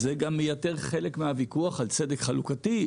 זה גם מייתר חלק מהוויכוח על צדק חלוקתי.